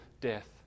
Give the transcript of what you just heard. death